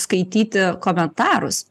skaityti komentarus